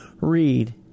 read